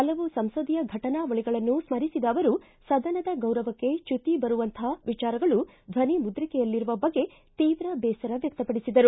ಹಲವು ಸಂಸದೀಯ ಘಟನಾವಳಗಳನ್ನು ಸ್ಥರಿಸಿದ ಅವರು ಸದನದ ಗೌರವಕ್ಕೆ ಚ್ಚುತಿ ಬರುವಂಥ ವಿಚಾರಗಳು ಧ್ವನಿ ಮುದ್ರಿಕೆಯಲ್ಲಿರುವ ಬಗ್ಗೆ ತೀವ್ರ ದೇಸರ ವ್ಯಕ್ತಪಡಿಸಿದರು